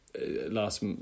last